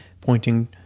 pointing